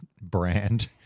brand